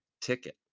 ticket